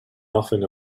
nothing